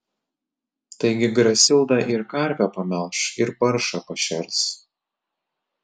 taigi grasilda ir karvę pamelš ir paršą pašers